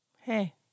Hey